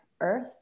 earth